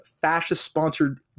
fascist-sponsored